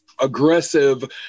aggressive